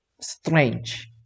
strange